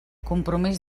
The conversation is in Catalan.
compromís